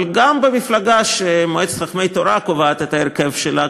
אבל גם במפלגה שמועצת חכמי התורה קובעת את ההרכב שלה,